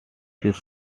this